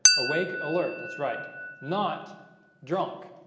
awake alert, that's right not drunk